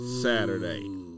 Saturday